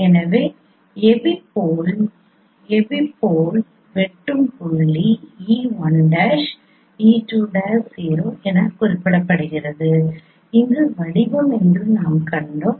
எனவே எபிபோல் வெட்டும் புள்ளி e1' e2'0 என குறிப்பிடப்படுகிறது இது வடிவம் என்று நாம் கண்டோம்